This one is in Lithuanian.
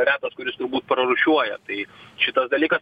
retas kuris prarūšiuoja tai šitas dalykas